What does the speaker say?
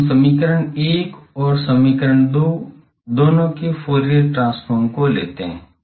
तो हम समीकरण 1 और समीकरण 2 दोनों के फूरियर ट्रांसफॉर्म को लेते हैं